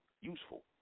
Useful